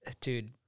Dude